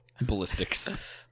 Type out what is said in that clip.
ballistics